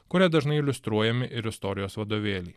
kuria dažnai iliustruojami ir istorijos vadovėly